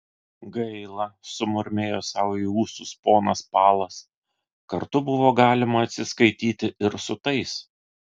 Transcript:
gaila sumurmėjo sau į ūsus ponas palas kartu buvo galima atsiskaityti ir su tais